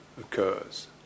occurs